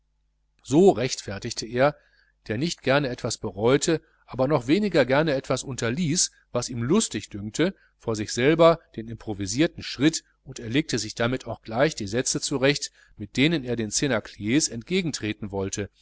so rechtfertigte er der nicht gerne etwas bereute aber noch weniger gerne etwas unterließ was ihm lustig dünkte vor sich selber den improvisierten schritt und er legte sich damit auch gleich die sätze zurecht mit denen er den cnacliers entgegentreten wollte